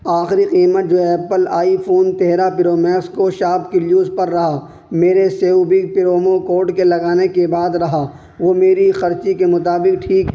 آخری قیمت جو ایپل آئی فون تیرہ پرو میکس کو شاپ کلیوز پر رہا میرے سیو بگ پرومو کوڈ کے لگانے کے بعد رہا وہ میری خرچی کے مطابق ٹھیک ہے